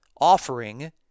offering